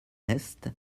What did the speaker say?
est